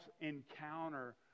encounter